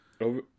over